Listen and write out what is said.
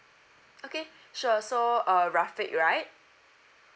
okay sure so uh rafiq right